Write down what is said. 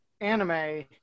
anime